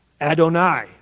Adonai